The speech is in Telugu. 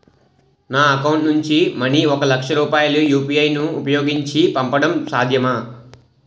నా అకౌంట్ నుంచి మనీ ఒక లక్ష రూపాయలు యు.పి.ఐ ను ఉపయోగించి పంపడం సాధ్యమా?